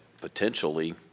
potentially